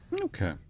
Okay